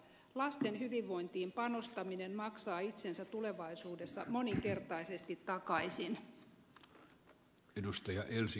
lasten hyvinvointiin panostaminen maksaa itsensä tulevaisuudessa moninkertaisesti takaisin